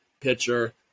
pitcher